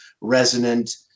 resonant